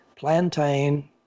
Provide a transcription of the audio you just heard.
plantain